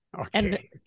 Okay